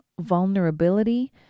vulnerability